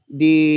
di